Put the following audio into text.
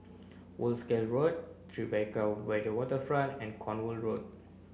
Wolskel Road Tribeca by the Waterfront and Cornwall Road